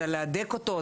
זה להדק אותו,